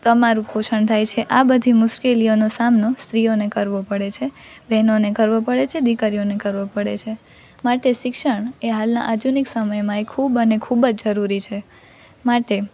તમારું પોષણ થાય છે આ બધી મુશ્કેલીઓનો સામનો સ્ત્રીઓને કરવો પડે છે બહેનોને કરવો પડે છે દીકરીઓને કરવો પડે છે માટે શિક્ષણ એ હાલના આધુનિક સમયમાં એ ખૂબ અને ખૂબ જ જરૂરી છે માટે